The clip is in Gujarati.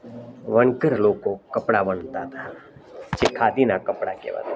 વણકર લોકો કપડા વણતા હતા જે ખાદીના કપડા કહેવાતા હતા